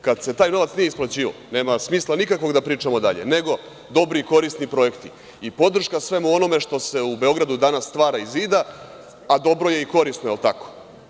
Kada se taj novac nije isplaćivao, nema smisla nikakvog da pričamo dalje, nego dobri i korisni projekti i podrška svemu onome što se u Beogradu danas stvara i zida, a dobro je korisno, jel tako?